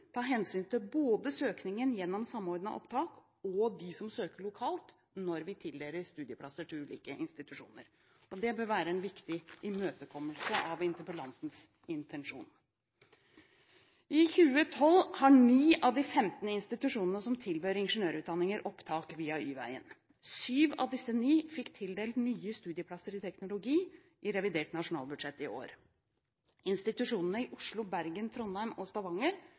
ta hensyn til både søkningen gjennom Samordna opptak og dem som søker lokalt når vi tildeler studieplasser til ulike institusjoner. Det bør være en viktig imøtekommelse av interpellantens intensjon. I 2012 har ni av de femten institusjonene som tilbyr ingeniørutdanninger, opptak via Y-veien. Syv av disse ni fikk tildelt nye studieplasser i teknologi i revidert nasjonalbudsjett i år. Institusjonene i Oslo, Bergen, Trondheim og Stavanger